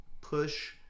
push